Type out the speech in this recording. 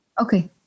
Okay